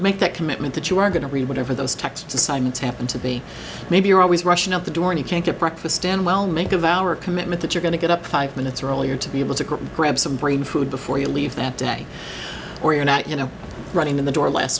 make that commitment that you are going to read whatever those texts assignments happen to be maybe you're always rushing out the door and you can't get breakfast stanwell make of our commitment that you're going to get up five minutes earlier to be able to grab some brain food before you leave that day or you're not you know running in the door l